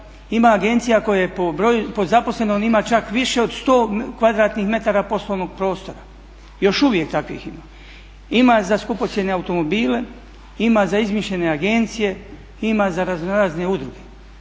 Ima agencija koje po zaposlenom ima čak više od 100 kvadratnih metara poslovnog prostora. Još uvijek takvih ima. Ima za skupocjene automobile, ima za izmišljene agencije, ima za raznorazne udruge.